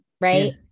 right